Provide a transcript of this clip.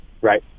right